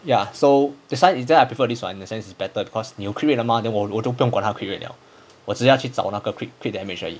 ya so this [one] is just I prefer this [one] in that sense it's better because 你有 crit rate 了 mah then 我我都不用管它 crit rate 了我只是要去找那个 crit crit damage 而已 mah